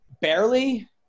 barely